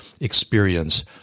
experience